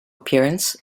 appearance